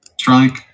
Strike